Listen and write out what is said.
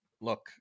look